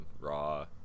raw